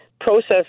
process